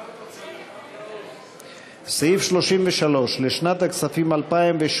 סעיף תקציבי 33, משרד החקלאות, לשנת הכספים 2018,